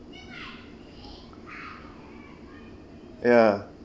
ya